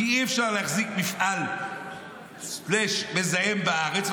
כי אי-אפשר להחזיק מפעל "מזהם" בארץ,